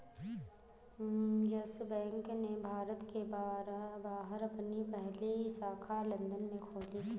yes Bank ने भारत के बाहर अपनी पहली शाखा लंदन में खोली थी